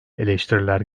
eleştiriler